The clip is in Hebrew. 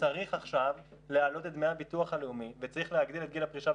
צריך עכשיו להעלות את דמי הביטוח הלאומי וצריך להגדיל את גיל הפרישה,